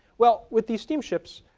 well, with these steamships,